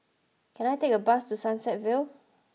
can I take a bus to Sunset Vale